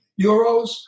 euros